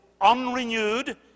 unrenewed